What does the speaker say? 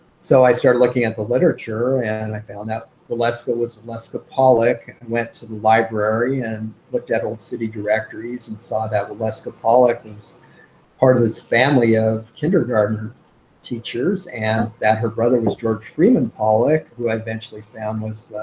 so i started looking at the literature and i found out wellesca was wellesca pollock, went to the library and looked at old city directories and saw that wellesca pollock was part of this family of kindergarten teachers and that her brother was george freeman pollack, who i eventually found was